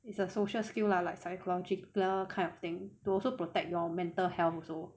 it's a social skill lah like psychological kind of thing to also protect your mental health also